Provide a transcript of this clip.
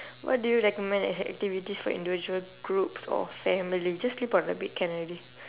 what do you recommend as an activities for individual groups or family just sleep on the bed can already